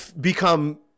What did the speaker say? become